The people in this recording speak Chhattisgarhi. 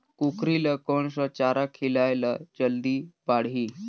कूकरी ल कोन सा चारा खिलाय ल जल्दी बाड़ही?